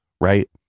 right